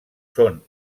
són